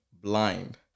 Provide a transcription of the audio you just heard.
blind